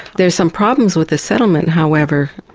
there are some problems with the settlement, however.